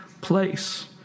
place